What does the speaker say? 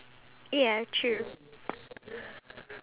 it will take away the